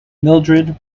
mildrid